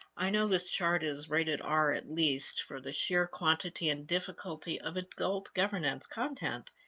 i know this chart is rated r at least for the sheer quantity and difficulty of adult governance content,